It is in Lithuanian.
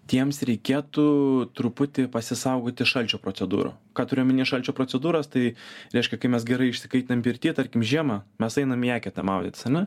tiems reikėtų truputį pasisaugoti šalčio procedūrų ką turiu omeny šalčio procedūros tai reiškia kai mes gerai išsikaitinam pirty tarkim žiemą mes einam į eketę maudytis ane